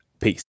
Peace